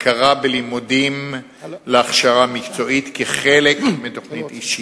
10. הכרה בלימודים להכשרה מקצועית כחלק מתוכנית אישית.